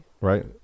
right